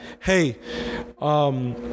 hey